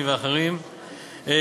של חבר הכנסת גפני ואחרים,